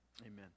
amen